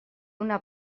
una